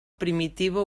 primitiva